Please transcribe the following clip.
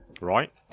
Right